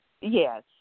yes